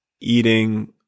eating